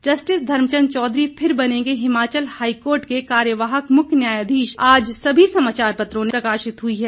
justice Dharmchand Chaudhary फिर बनेंगे Himachal high court के कार्यवाहक मुख्य न्यायाधीश ख़बर भी आज सभी समाचार पत्रों में प्रमुखता से प्रकाशित हुई है